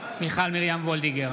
מיכל מרים וולדיגר,